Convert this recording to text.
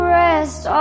rest